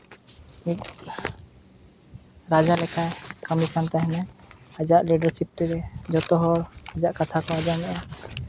ᱢᱤᱫ ᱨᱟᱡᱟ ᱞᱮᱠᱟ ᱠᱟᱹᱢᱤ ᱠᱟᱱ ᱛᱟᱦᱮᱱᱟᱭ ᱟᱡᱟᱜ ᱞᱤᱰᱟᱨᱥᱤᱯ ᱛᱮᱜᱮ ᱡᱚᱛᱚ ᱦᱚᱲ ᱟᱡᱟᱜ ᱠᱟᱛᱷᱟ ᱠᱚ ᱟᱸᱡᱚᱢᱮᱜᱼᱟ